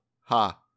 ha